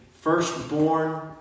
firstborn